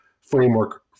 framework